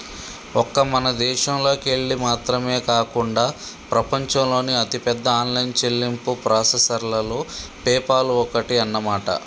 ఒక్క మన దేశంలోకెళ్ళి మాత్రమే కాకుండా ప్రపంచంలోని అతిపెద్ద ఆన్లైన్ చెల్లింపు ప్రాసెసర్లలో పేపాల్ ఒక్కటి అన్నమాట